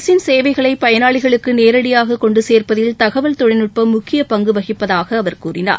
அரசின் சேவைகளை பயனாளிகளுக்கு நேரடியாக கொண்டு சேர்ப்பதில் தகவல் தொழில்நுட்பம் முக்கிய பங்கு வகிப்பதாக அவர் கூறினார்